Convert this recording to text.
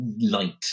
light